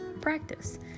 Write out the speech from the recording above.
practice